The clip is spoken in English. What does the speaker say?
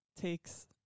takes